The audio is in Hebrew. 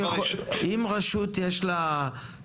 יוסף, אנחנו קטענו אותך.